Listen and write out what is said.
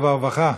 והרווחה?